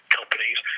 companies